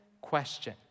question